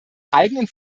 eigenen